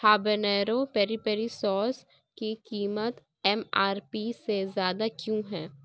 habanero peri peri sauce کی قیمت M R P سے زیادہ کیوں ہے